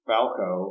Falco